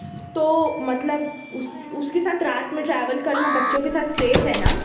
تو مطلب اس اس کے ساتھ رات میں ٹریول کرنا بچوں کے ساتھ سیف ہے نا